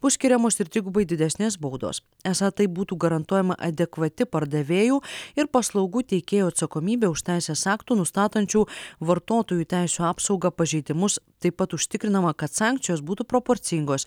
bus skiriamos ir trigubai didesnės baudos esą taip būtų garantuojama adekvati pardavėjų ir paslaugų teikėjų atsakomybė už teisės aktų nustatančių vartotojų teisių apsaugą pažeidimus taip pat užtikrinama kad sankcijos būtų proporcingos